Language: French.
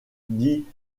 dit